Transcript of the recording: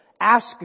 ask